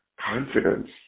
confidence